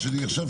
היושב-ראש,